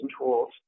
tools